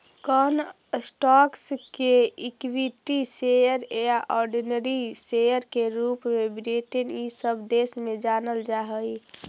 कौन स्टॉक्स के equity share या ऑर्डिनरी शेयर के रूप में ब्रिटेन इ सब देश में जानल जा हई